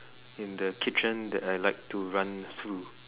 in the kitchen that I like to run through